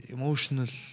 Emotional